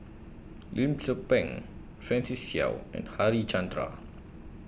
Lim Tze Peng Francis Seow and Harichandra